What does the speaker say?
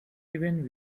even